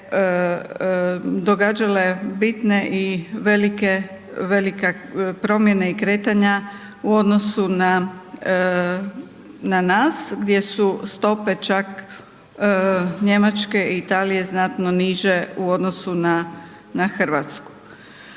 se događale bitne i velike promjene i kretanja u odnosu na nas gdje su stope čak Njemačke i Italije znatno niže u odnosu na Hrvatsku.